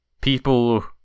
people